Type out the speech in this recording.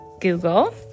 Google